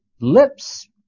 lips